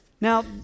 Now